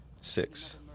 six